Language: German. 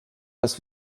das